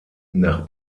nach